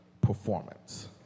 performance